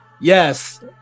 Yes